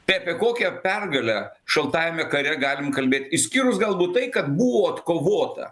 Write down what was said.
tai apie kokią pergalę šaltajame kare galim kalbėt išskyrus galbūt tai kad buvo atkovota